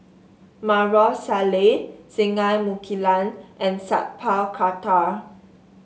Maarof Salleh Singai Mukilan and Sat Pal Khattar